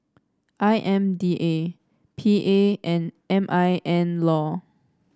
I M D A P A and M I N law